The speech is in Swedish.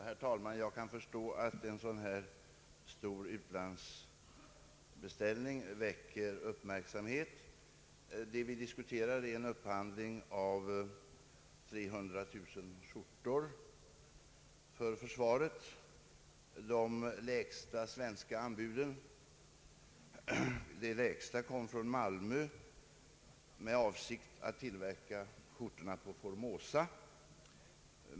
Herr talman! Jag kan förstå att en sådan här stor utlandsbeställning väcker uppmärksamhet. Det vi nu diskuterar är en upphandling av ca 300 000 skjortor för försvaret. Det lägsta svenska anbudet kom från Malmö. Anbudsgivarens avsikt var att tillverka skjortorna på Formosa.